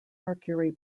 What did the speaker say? mercury